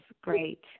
great